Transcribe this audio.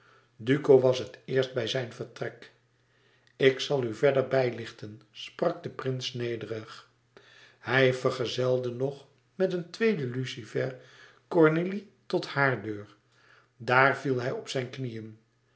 duco was het eerst bij zijn vertrek ik zal u verder bijlichten sprak de prins nederig hij vergezelde nog met een tweede lucifer cornélie tot haar deur daar viel hij op zijn knieën